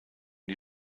die